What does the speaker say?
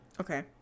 Okay